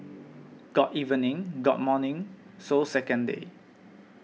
got evening got morning so second day